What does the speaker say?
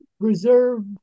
preserve